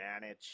manage